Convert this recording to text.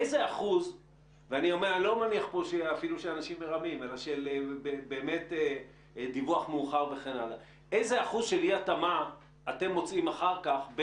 אנחנו מאפשרים להם לדווח מראש את תאריך היציאה